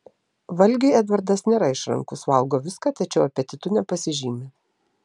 valgiui edvardas nėra išrankus valgo viską tačiau apetitu nepasižymi